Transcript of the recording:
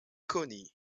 coni